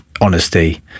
honesty